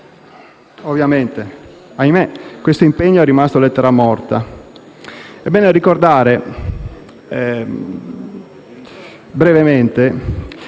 due anni. Ahimè, questo impegno è rimasto lettera morta.